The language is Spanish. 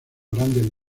grandes